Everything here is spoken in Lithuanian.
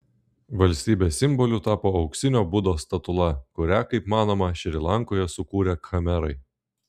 valstybės simboliu tapo auksinio budos statula kurią kaip manoma šri lankoje sukūrė khmerai